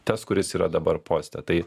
tas kuris yra dabar poste tai